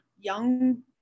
young